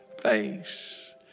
face